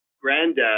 granddad